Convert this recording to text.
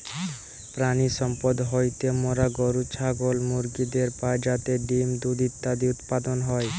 প্রাণিসম্পদ হইতে মোরা গরু, ছাগল, মুরগিদের পাই যাতে ডিম্, দুধ ইত্যাদি উৎপাদন হয়